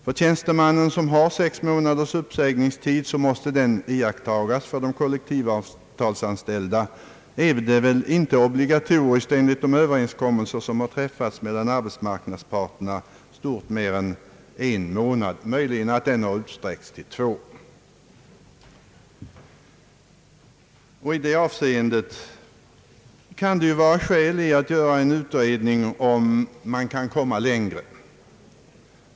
För tjänstemännen måste överenskommelsen om sex månaders uppsägningstid iakttas; för de kollektivavtalsanställda är det väl enligt de överenskommelser som träffats inte obligatoriskt med stort mer än en månad, möjligen har tiden utsträckts till två månader. I det avseendet kan det ju finnas skäl för att göra en utredning för att klarlägga om det är möjligt att komma längre.